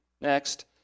Next